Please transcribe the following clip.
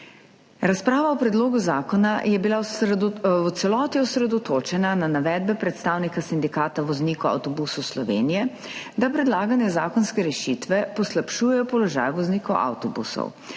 Razprava o predlogu zakona je bila v celoti osredotočena na navedbe predstavnika Sindikata voznikov avtobusov Slovenije, da predlagane zakonske rešitve poslabšujejo položaj voznikov avtobusov.